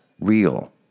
real